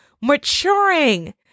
maturing